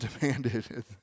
demanded